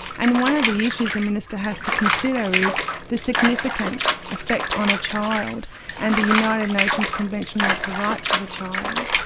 and one of the issues the minister has to consider is the significant effect on a child and the united nations convention of the rights of the child,